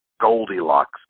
Goldilocks